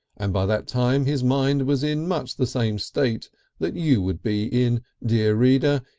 and by that time his mind was in much the same state that you would be in, dear reader,